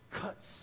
cuts